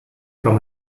from